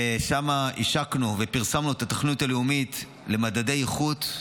ושם השקנו ופרסמנו את התוכנית הלאומית למדדי איכות,